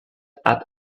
add